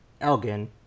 Elgin